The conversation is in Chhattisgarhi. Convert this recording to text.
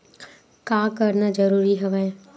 का करना जरूरी हवय?